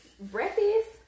Breakfast